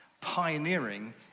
Pioneering